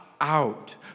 out